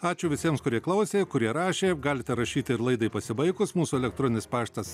ačiū visiems kurie klausė kurie rašė galite rašyti ir laidai pasibaigus mūsų elektroninis paštas